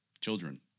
children